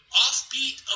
offbeat